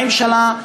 של 40 שנה,